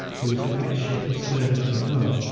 who was the next ship astern of the namur,